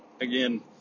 Again